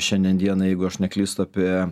šiandien dienai jeigu aš neklystu apie